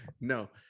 no